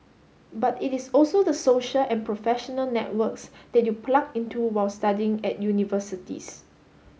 but it is also the social and professional networks that you plug into while studying at universities